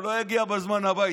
הוא לא יגיע בזמן הביתה.